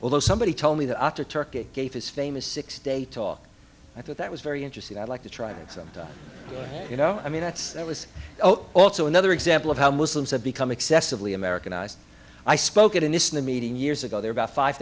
although somebody told me that after turkey gave his famous six day talk i thought that was very interesting i'd like to try to accept you know i mean that's that was also another example of how muslims have become excessively americanised i spoke in this meeting years ago there about five